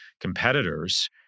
competitors